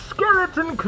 Skeleton